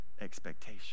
expectation